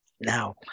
now